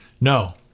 No